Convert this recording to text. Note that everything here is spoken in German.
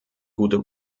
gute